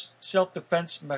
self-defense